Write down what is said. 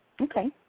Okay